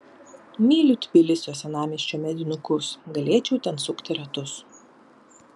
myliu tbilisio senamiesčio medinukus galėčiau ten sukti ratus